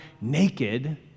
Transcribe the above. naked